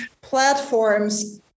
platforms